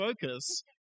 focus